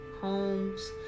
homes